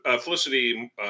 Felicity